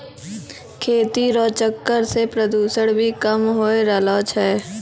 खेती रो चक्कर से प्रदूषण भी कम होय रहलो छै